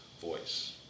voice